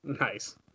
Nice